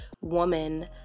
woman